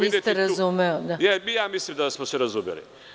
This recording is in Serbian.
I ja mislim da smo se razumeli.